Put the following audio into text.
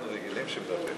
שלוש דקות.